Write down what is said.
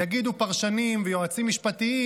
יגידו פרשנים ויועצים משפטיים: